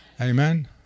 Amen